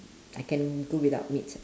I can go without meat